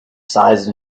size